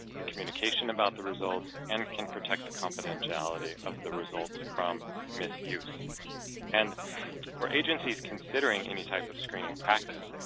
the communication about the results and can protect the confidentiality of the results from misuse and for agencies considering any type of screening practice,